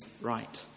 right